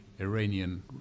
Iranian